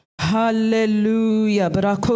Hallelujah